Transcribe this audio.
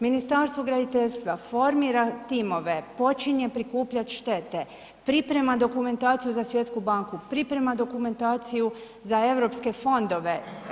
Ministarstvo graditeljstva formira timove, počinje prikupljat štete, priprema dokumentaciju za svjetsku banku, priprema dokumentaciju za europske fondove.